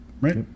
right